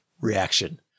reaction